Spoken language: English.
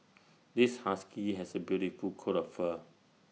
this husky has A beautiful coat of fur